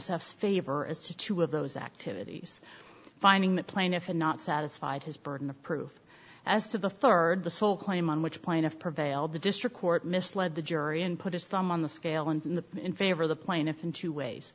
s f favor as to two of those activities finding the plaintiff and not satisfied his burden of proof as to the third the sole claim on which plaintiff prevailed the district court misled the jury and put his thumb on the scale and in the in favor the plaintiff in two ways